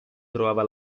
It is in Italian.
trovava